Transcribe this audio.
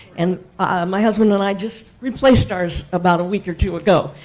and ah my husband and i just replaced ours about a week or two ago.